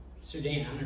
Sudan